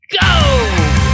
go